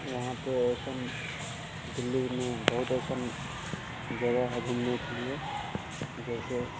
वहाँ पर ऐसी दिल्ली में बहुत ऐसी जगह है घूमने के लिए जैसे